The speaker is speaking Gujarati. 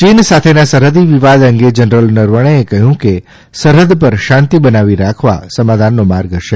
ચીન સાથેના સરહદી વિવાદ અંગે જનરલ નરવણેએ કહ્યું કે સરહદ પર શાંતિ બનાવી રાખવા સમાધાનનો માર્ગ હશે